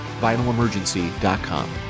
VinylEmergency.com